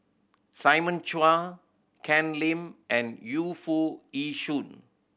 Simon Chua Ken Lim and Yu Foo Yee Shoon